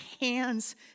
hands